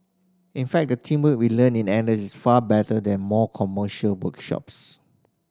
in fact the teamwork we learn in N S is far better than more commercial workshops